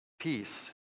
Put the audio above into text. peace